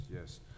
yes